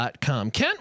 Kent